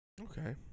Okay